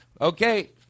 okay